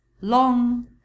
long